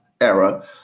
era